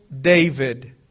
David